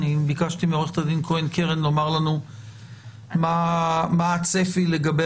ביקשתי מעורכת הדין כהן קרן לומר לנו מה הצפי לגבי